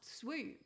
swoop